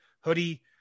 hoodie